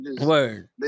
Word